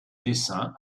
dessin